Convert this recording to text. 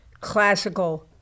Classical